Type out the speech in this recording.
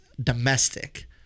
domestic